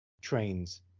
trains